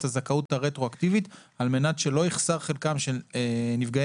הזכאות הרטרואקטיבית על מנת שלא יחסר חלקם של נפגעי